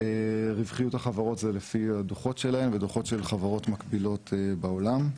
רווחיות החברות זה לפי הדו"חות שלהן ודו"חות של חברות מקבילות בעולם,